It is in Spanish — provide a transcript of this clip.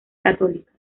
católicas